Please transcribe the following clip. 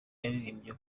yaririmbye